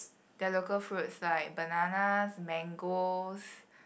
their local fruits like bananas mangoes